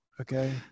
Okay